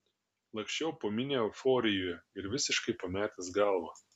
laksčiau po minią euforijoje ir visiškai pametęs galvą